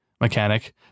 mechanic